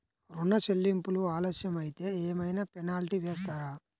ఋణ చెల్లింపులు ఆలస్యం అయితే ఏమైన పెనాల్టీ వేస్తారా?